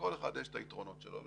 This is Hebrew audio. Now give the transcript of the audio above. לכל אחד יש את היתרונות שלו.